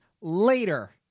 later